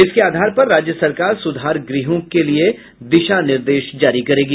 इसके आधार पर राज्य सरकार सुधार गृहो के लिए दिशा निर्देश जारी करेगी